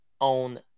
own